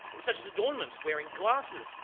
such as adornments, wearing glasses,